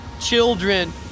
children